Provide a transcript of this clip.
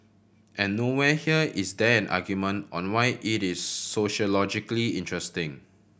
and nowhere here is there an argument on why it is sociologically interesting